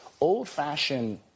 old-fashioned